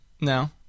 No